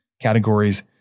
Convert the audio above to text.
categories